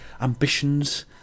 ambitions